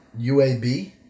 UAB